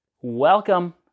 Welcome